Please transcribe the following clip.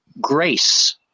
grace